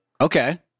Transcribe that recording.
Okay